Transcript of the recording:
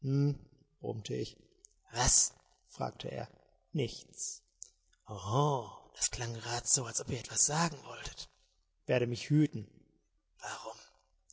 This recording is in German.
ich was fragte er nichts oho das klang grad so als ob ihr etwas sagen wolltet werde mich hüten warum